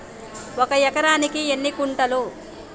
ఒక ఎకరానికి ఎన్ని గుంటలు?